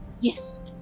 Yes